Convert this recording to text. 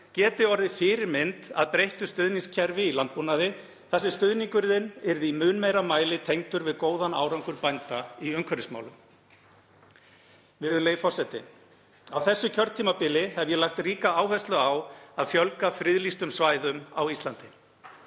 geti orðið fyrirmynd að breyttu stuðningskerfi í landbúnaði þar sem stuðningurinn yrði í mun meira mæli tengdur við góðan árangur bænda í umhverfismálum. Virðulegi forseti. Á þessu kjörtímabili hef ég lagt ríka áherslu á að fjölga friðlýstum svæðum á Íslandi.